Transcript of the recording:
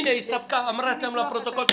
הנה, אמרה לפרוטוקול.